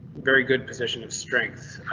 very good position of strength.